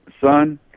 son